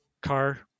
car